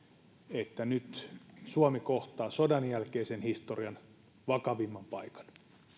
että nyt suomi kohtaa sodan jälkeisen historian vakavimman paikan